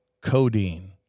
codeine